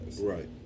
Right